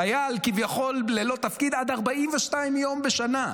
חייל כביכול ללא תפקיד, עד 42 יום בשנה.